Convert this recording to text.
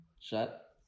Shut